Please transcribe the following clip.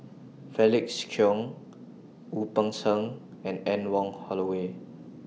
Felix Cheong Wu Peng Seng and Anne Wong Holloway